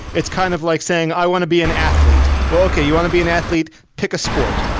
it's kind of like saying, i want to be an athlete. well, okay. you want to be an athlete? pick a sport.